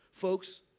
Folks